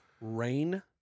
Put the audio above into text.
Rain